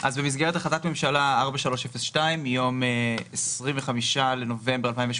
במסגרת החלטת ממשלה 4302 מיום 25 בנובמבר 2018